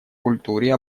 культуре